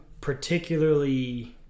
particularly